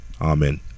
amen